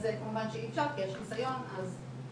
אז כמובן שאי אפשר כי יש חיסיון, אז מעולה.